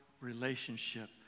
relationship